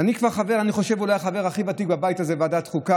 שאנחנו מכירים מהעבר, אותו מושג שנקרא